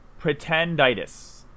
Pretenditis